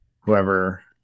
Whoever